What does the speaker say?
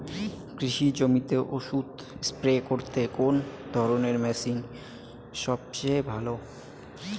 কৃষি জমিতে ওষুধ স্প্রে করতে কোন ধরণের মেশিন সবচেয়ে ভালো?